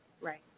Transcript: right